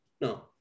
no